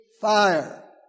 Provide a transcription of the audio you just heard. Fire